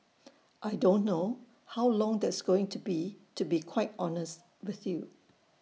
I don't know how long that's going to be to be quite honest with you